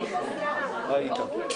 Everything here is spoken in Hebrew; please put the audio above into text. אני עובר להצבעה.